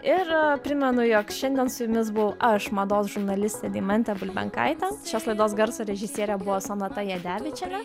ir primenu jog šiandien su jumis buvau aš mados žurnalistė deimantė bulbenkaitė šios laidos garso režisierė buvo sonata jadevičienė